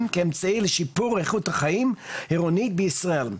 כאמצעי לשיפור איכות החיים עירוני בישראל.